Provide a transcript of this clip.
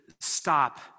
stop